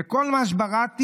וכל מה שבראתי,